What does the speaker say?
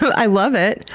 but i love it.